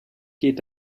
geht